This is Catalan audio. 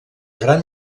gran